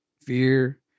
fear